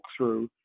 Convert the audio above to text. walkthrough